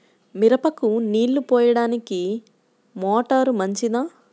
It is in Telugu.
మిరపకు నీళ్ళు పోయడానికి మోటారు మంచిదా?